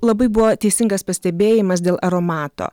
labai buvo teisingas pastebėjimas dėl aromato